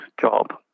job